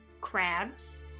crabs